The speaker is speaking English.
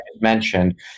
mentioned